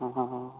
हाँ हाँ हाँ